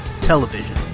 television